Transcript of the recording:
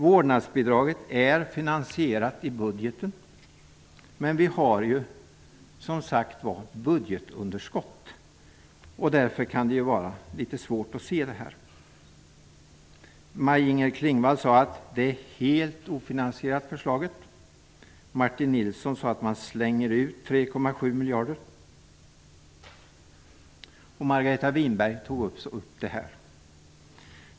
Vårdnadsbidraget är finansierat i budgeten, men vi har ju ett budgetunderskott. Därför kan det vara litet svårt att se hur det hela skall fungera. Maj-Inger Klingvall sade att förslaget är helt ofinansierat. Martin Nilsson sade att man slänger ut 3,7 miljarder. Också Margareta Winberg tog upp detta.